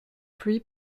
pluies